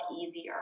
easier